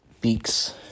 beaks